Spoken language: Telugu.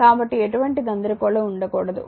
కాబట్టి ఎటువంటి గందరగోళం ఉండకూడదు